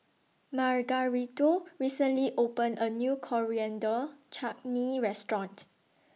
Margarito recently opened A New Coriander Chutney Restaurant